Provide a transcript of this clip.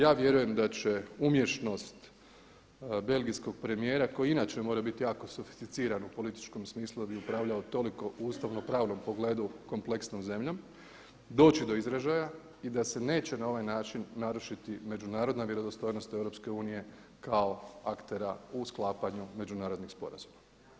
Ja vjerujem da će umješnost belgijskog premijera koji inače mora biti jako sufisticiran u političkom smislu da bi upravljao toliko u ustavnopravnom pogledu kompleksnom zemljom doći do izražaja i da se neće na ovaj način narušiti međunarodna vjerodostojnost Europske unije kao aktera u sklapanju međunarodnih sporazuma.